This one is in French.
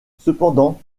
cependant